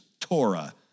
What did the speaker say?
Torah